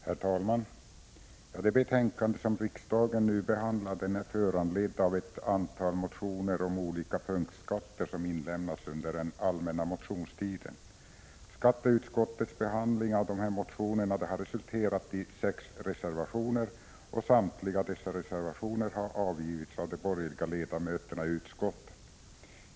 Herr talman! Det betänkande som riksdagen nu behandlar är föranlett av ett antal motioner om olika punktskatter som inlämnats under den allmänna motionstiden. Skatteutskottets behandling av dessa motioner har resulterat i sex reservationer, och samtliga har avgivits av de borgerliga ledamöterna i utskottet.